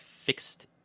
fixed